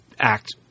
act